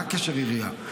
מה הקשר עירייה?